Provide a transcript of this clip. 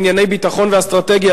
בענייני ביטחון ואסטרטגיה,